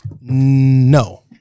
No